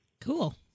Cool